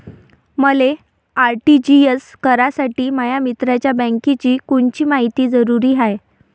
मले आर.टी.जी.एस करासाठी माया मित्राच्या बँकेची कोनची मायती जरुरी हाय?